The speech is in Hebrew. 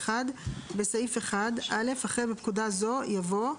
הסמים המסוכנים בסעיף 1 אחרי "בפקודה זו" יבוא: